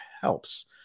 helps